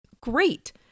great